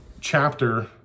chapter